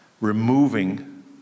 Removing